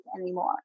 anymore